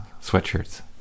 sweatshirts